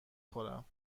خورم